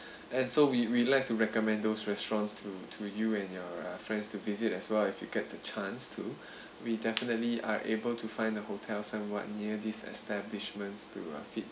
and so we'd like to recommend those restaurants to to you and your uh friends to visit as well if you get the chance to we definitely are able to find the hotels and what near these establishments to uh fit